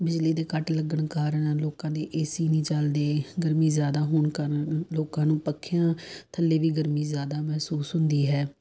ਬਿਜਲੀ ਦੇ ਕੱਟ ਲੱਗਣ ਕਾਰਨ ਲੋਕਾਂ ਦੇ ਏ ਸੀ ਨਹੀਂ ਚਲਦੇ ਗਰਮੀ ਜ਼ਿਆਦਾ ਹੋਣ ਕਾਰਨ ਲੋਕਾਂ ਨੂੰ ਪੱਖਿਆਂ ਥੱਲੇ ਵੀ ਗਰਮੀ ਜ਼ਿਆਦਾ ਮਹਿਸੂਸ ਹੁੰਦੀ ਹੈ